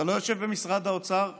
אתה לא יושב במשרד האוצר עדיין,